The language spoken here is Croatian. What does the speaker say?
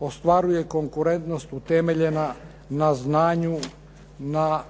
ostvaruje konkurentnost utemeljena na znanju na